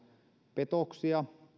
petoksia